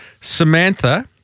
Samantha